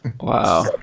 Wow